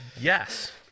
Yes